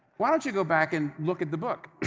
why don't you go back and look at the book.